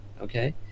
Okay